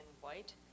white